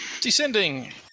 Descending